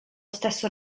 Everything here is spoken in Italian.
stesso